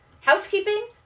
Housekeeping